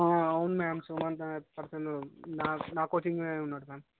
అవును మ్యామ్ సోమంత్ అనే పర్సన్ నా నా కోచింగ్ లోనే ఉన్నాడు మ్యామ్